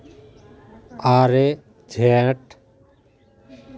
ᱟᱨᱮ ᱡᱷᱮᱸᱴ